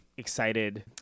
excited